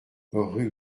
rue